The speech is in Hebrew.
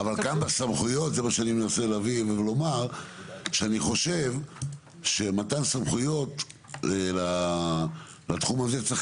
אני חושב שמתן סמכויות לתחום זה צריך